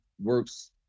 works